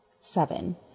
Seven